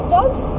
Dogs